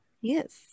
Yes